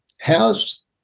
how's